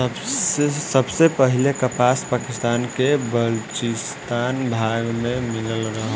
सबसे पहिले कपास पाकिस्तान के बलूचिस्तान भाग में मिलल रहे